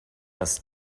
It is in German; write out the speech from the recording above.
dass